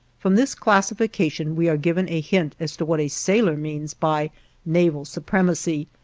from this classification we are given a hint as to what a sailor means by naval supremacy,